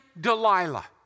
Delilah